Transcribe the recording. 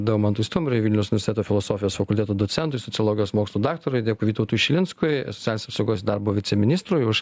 daumantui stumbriui vilnius universiteto filosofijos fakulteto docentui sociologijos mokslų daktarui vytautui šilinskui sians apsaugos ir darbo viceministrui už